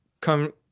come—